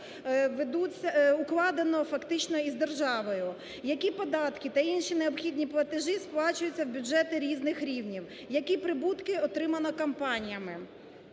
умовах укладено фактично із державою, які податки та інші необхідні платежі сплачуються в бюджети різних рівнів, які прибутки отримано компаніями.